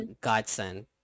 godsend